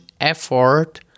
effort